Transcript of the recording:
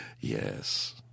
Yes